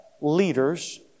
leaders